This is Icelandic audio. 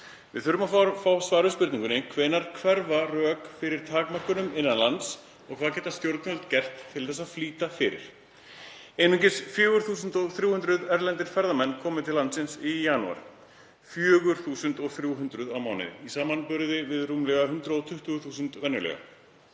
Við þurfum að fá svar við spurningunni: Hvenær hverfa rök fyrir takmörkunum innan lands og hvað geta stjórnvöld gert til að flýta fyrir? Einungis 4.300 erlendir ferðamenn komu til landsins í janúar, 4.300 á mánuði í samanburði við rúmlega 120.000 venjulega.